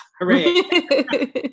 hooray